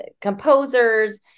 composers